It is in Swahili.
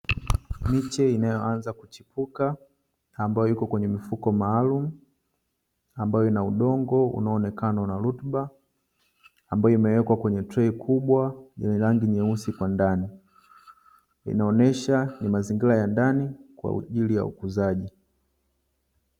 Miche inayoanza kuchipuka, ambayo iko kwenye mifuko maalumu, ambayo ina udongo, unaonekana una rutuba, ambayo imewekwa kwenye trei kubwa, lenye rangi nyeusi kwa ndani. Inaonesha ni mazingira ya ndani, kwa ajili ya ukuzaji.